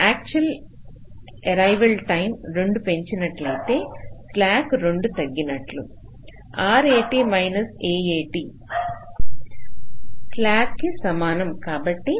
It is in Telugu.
యాక్చువల్ ఏరైవల్ టైం 2 పెంచినట్లయితే స్లాక్ 2 తగ్గించినట్లు RAT మైనస్ AAT స్లాక్ కి సమానం